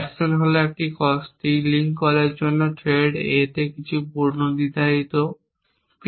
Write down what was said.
action হল একটি link কলের জন্য থ্রেড A একটি কিছু পূর্বনির্ধারিত p অ্যাকশন A 2